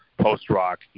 post-rock